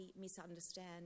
misunderstand